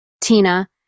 Tina